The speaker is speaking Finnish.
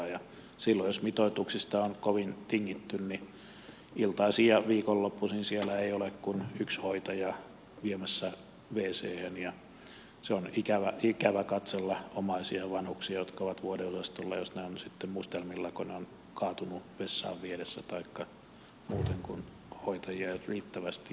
silloin jos mitoituksista on kovin tingitty niin iltaisin ja viikonloppuisin siellä ei ole kuin yksi hoitaja viemässä wchen ja se on ikävä katsella omaisia ja vanhuksia jotka ovat vuodeosastolla jos he ovat sitten mustelmilla kun he ovat kaatuneet vessaan vietäessä taikka muuten kun hoitajia ei ole riittävästi